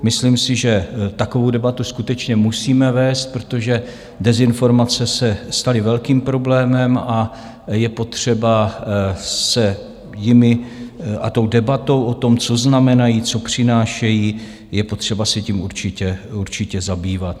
Myslím si, že takovou debatu skutečně musíme vést, protože dezinformace se staly velkým problémem, a je potřeba se jimi a tou debatou o tom, co znamenají, co přinášejí, je potřeba se tím určitě zabývat.